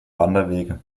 wanderwege